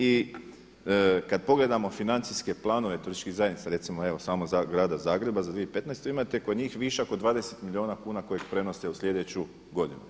I kada pogledamo financijske planove turističkih zajednica, recimo samo grada Zagreba za 2015. imate kod njih višak od 20 milijuna kuna kojeg prenose u sljedeću godinu.